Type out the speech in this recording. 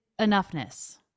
enoughness